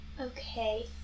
Okay